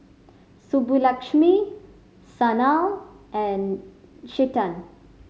Subbulakshmi Sanal and Chetan